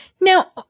Now